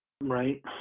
Right